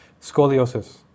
scoliosis